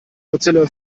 mozilla